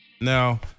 now